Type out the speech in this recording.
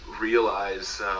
realize